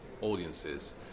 audiences